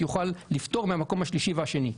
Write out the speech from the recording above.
יוכל לפטור מהמקום השלישי והשני?